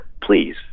please